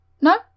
No